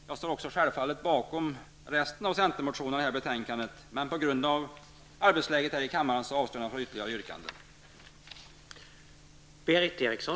Jag står självfallet bakom alla centerreservationer, men på grundval av arbetsläget i riksdagen avstår jag från ytterligare yrkanden.